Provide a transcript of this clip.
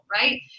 right